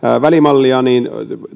välimallia niin